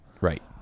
right